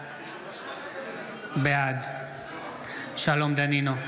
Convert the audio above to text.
בעד שלום דנינו,